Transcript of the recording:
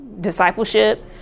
discipleship